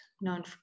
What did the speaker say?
known